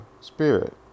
Spirit